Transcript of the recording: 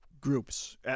groups